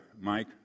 Mike